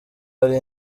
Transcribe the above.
hari